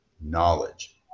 knowledge